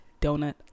donut